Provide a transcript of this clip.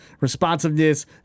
responsiveness